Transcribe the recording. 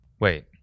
Wait